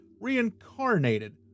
reincarnated